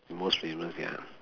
most famous ya